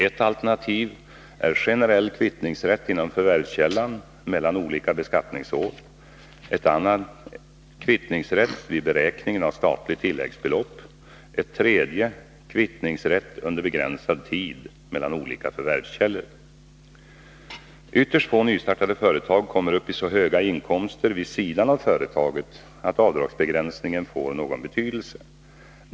Ett alternativ är generell kvittningsrätt inom förvärvskällan mellan olika beskattningsår, ett annat kvittningsrätt vid beräkningen av statligt tilläggsbelopp, ett tredje kvittningsrätt under begränsad tid mellan olika förvärvskällor. Ytterst få personer med nystartade företag kommer upp i så höga inkomster vid sidan av företaget, att avdragsbegränsningen får någon betydelse.